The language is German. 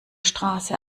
straße